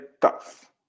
tough